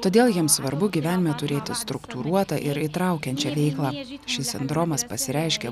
todėl jiems svarbu gyvenime turėti struktūruotą ir įtraukiančią veiklą šis sindromas pasireiškia